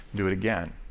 do it again.